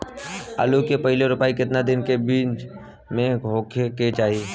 आलू क पहिला रोपाई केतना दिन के बिच में होखे के चाही?